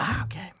okay